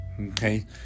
Okay